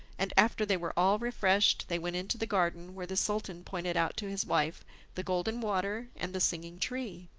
and after they were all refreshed they went into the garden, where the sultan pointed out to his wife the golden water and the singing tree.